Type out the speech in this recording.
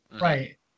right